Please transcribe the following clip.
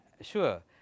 sure